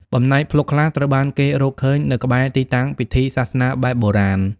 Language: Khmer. បំណែកភ្លុកខ្លះត្រូវបានគេរកឃើញនៅក្បែរទីតាំងពិធីសាសនាបែបបុរាណ។